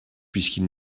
puisqu’il